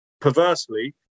perversely